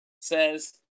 says